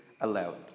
allowed